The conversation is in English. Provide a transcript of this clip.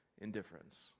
Indifference